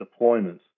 deployments